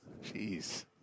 jeez